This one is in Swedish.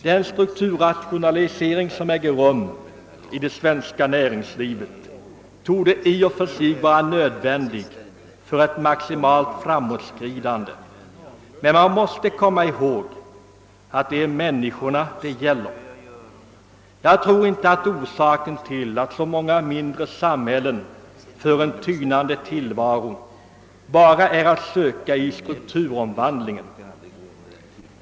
Den strukturrationalisering som äger rum i det svenska näringslivet torde i och för sig vara nödvändig för ett maximalt framåtskridande. Men man måste komma ihåg att det är människor det gäller. Jag tror inte att orsaken till att så många mindre samhällen för en tynande tillvaro bara är att söka i strukturomvandlingen.